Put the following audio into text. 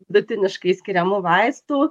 vitiniškai skiriamų vaistų